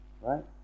Right